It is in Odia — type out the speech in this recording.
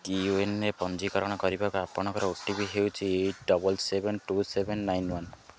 କୋୱିନ୍ରେ ପଞ୍ଜୀକରଣ କରିବାକୁ ଆପଣଙ୍କର ଓ ଟି ପି ହେଉଛି eight double seven two seven nine one